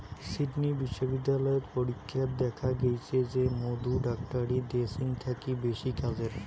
Sydney বিশ্ববিদ্যালয়ত পরীক্ষাত দ্যাখ্যা গেইচে যে মধু ডাক্তারী ড্রেসিং থাকি বেশি কাজের